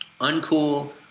uncool